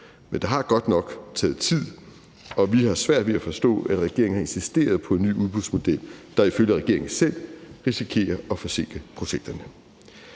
Men det har godt nok taget tid, og vi har svært ved at forstå, at regeringen har insisteret på en ny udbudsmodel, der ifølge regeringen selv risikerer at forsinke projekterne.